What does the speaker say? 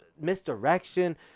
Misdirection